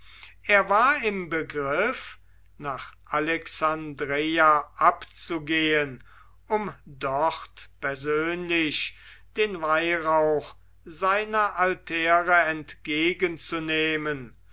er war im begriff nach alexandreia abzugehen um dort persönlich den weihrauch seiner altäre entgegenzunehmen